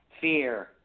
fear